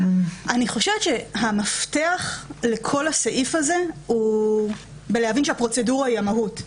אני חושבת שהמפתח לכל הסעיף הזה הוא להבין שהפרוצדורה היא המהות.